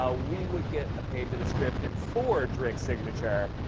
ah we would get a page of the script and forge rick's signature